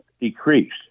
decreased